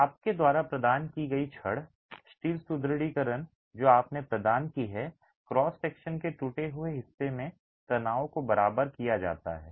तो आपके द्वारा प्रदान की गई छड़ स्टील सुदृढीकरण जो आपने प्रदान की है क्रॉस सेक्शन के टूटे हुए हिस्से में तनाव को बराबर किया जाता है